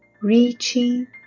reaching